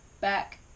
back